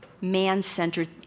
man-centered